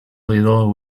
little